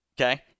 okay